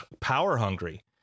power-hungry